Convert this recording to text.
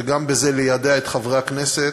וגם בזה ליידע את חברי הכנסת.